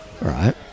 right